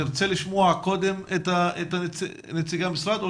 תרצה לשמוע קודם את נציגי המשרד או